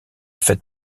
fête